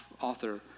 author